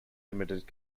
limited